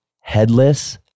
headless